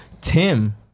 tim